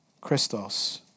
Christos